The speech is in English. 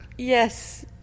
Yes